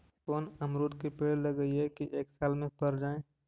कोन अमरुद के पेड़ लगइयै कि एक साल में पर जाएं?